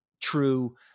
true